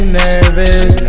nervous